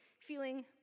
feeling